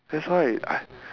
that's why I